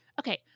okay